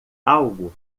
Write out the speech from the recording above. algo